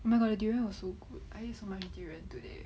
oh my god the durian was so good I eat so much durian today